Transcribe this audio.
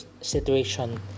situation